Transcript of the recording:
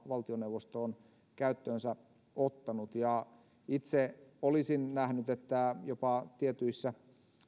valtioneuvosto on käyttöönsä ottanut itse olisin nähnyt että jopa tietyissä